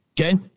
Okay